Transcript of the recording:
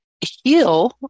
heal